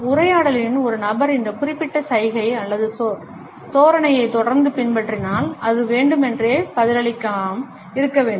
உரையாடலில் ஒரு நபர் இந்த குறிப்பிட்ட சைகை அல்லது தோரணையைத் தொடர்ந்து பின்பற்றினால் அது வேண்டுமென்றே பதிலளிக்காமல் இருக்க வேண்டும்